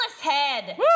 Head